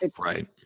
Right